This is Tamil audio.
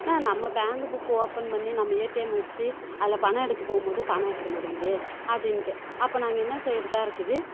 என்ன நம்ம பேங்கு புக்கு ஓப்பன் பண்ணி நம்ம ஏடிஎம் வச்சு அதில் பணம் எடுக்கப் போகும்போது பணம் இருக்க மாட்டேங்கிதே அப்படீன்ட்டு அப்போது நாங்க என்ன செய்யறதா இருக்குது